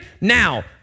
Now